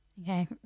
Okay